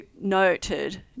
noted